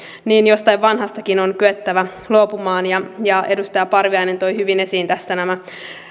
jostain vanhastakin on kyettävä luopumaan ja ja edustaja parviainen toi hyvin esiin